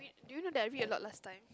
do you know that I read a lot last time